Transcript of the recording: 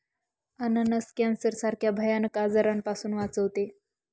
अननस कॅन्सर सारख्या भयानक आजारापासून वाचवते